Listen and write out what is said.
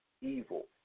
evil